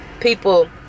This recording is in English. people